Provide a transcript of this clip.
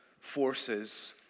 forces